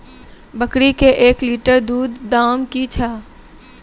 बकरी के एक लिटर दूध दाम कि छ?